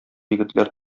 егетләр